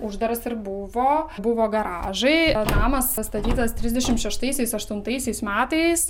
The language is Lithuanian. uždaras ir buvo buvo garažai a namas pastatytas trisdešim šeštaisiais aštuntaisiais metais